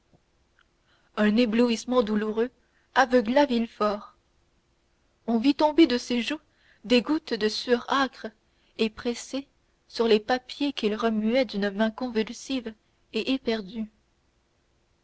un éblouissement douloureux aveugla villefort on vit tomber de ses joues des gouttes de sueur âcres et pressées sur les papiers qu'il remuait d'une main convulsive et éperdue